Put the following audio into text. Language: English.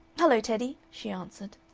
hello, teddy! she answered.